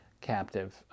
captive